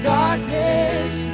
darkness